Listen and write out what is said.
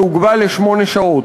שהוגבל לשמונה שעות,